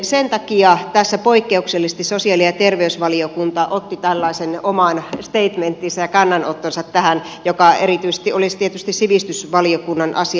sen takia tässä poikkeuksellisesti sosiaali ja terveysvaliokunta otti tällaisen oman steitmenttinsä ja kannanottonsa tähän joka erityisesti olisi tietysti sivistysvaliokunnan asia